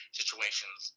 situations